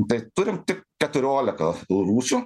tai turim tik keturiolika rūšių